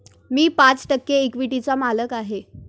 मी पाच टक्के इक्विटीचा मालक आहे